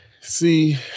See